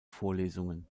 vorlesungen